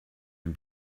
den